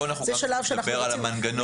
פה צריך לדבר על המנגנון.